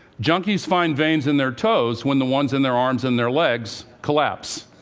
junkies find veins in their toes when the ones in their arms and their legs collapse.